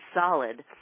solid